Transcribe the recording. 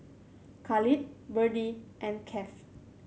Khalil Berdie and Keith